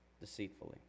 deceitfully